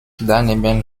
daneben